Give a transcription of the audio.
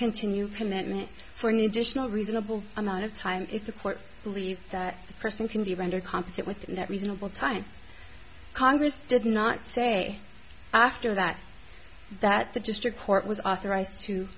continue commitment for an additional reasonable amount of time if the court believes that the person can be rendered competent within that reasonable time congress did not say after that that the district court was authorized to